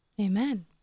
Amen